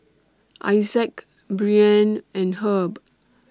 Isaac Brianne and Herb